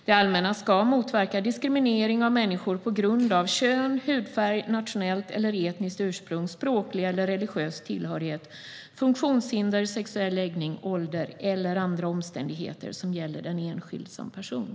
Det allmänna ska motverka diskriminering av människor på grund av kön, hudfärg, nationellt eller etniskt ursprung, språklig eller religiös tillhörighet, funktionshinder, sexuell läggning, ålder eller andra omständigheter som gäller den enskilde som person.